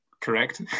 Correct